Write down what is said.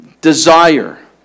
desire